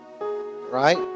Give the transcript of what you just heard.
Right